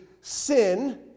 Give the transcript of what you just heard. sin